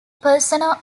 persona